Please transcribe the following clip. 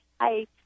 Hi